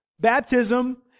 Baptism